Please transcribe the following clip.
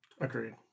Agreed